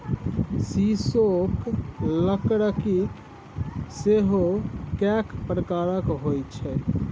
सीसोक लकड़की सेहो कैक प्रकारक होए छै